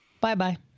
Bye-bye